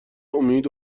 امید